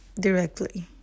directly